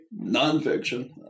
nonfiction